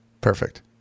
Perfect